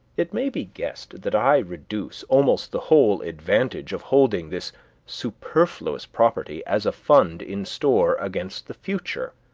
it may be guessed that i reduce almost the whole advantage of holding this superfluous property as a fund in store against the future,